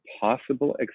possible